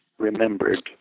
remembered